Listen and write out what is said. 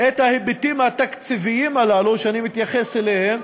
את ההיבטים התקציביים הללו, שאני מתייחס אליהם,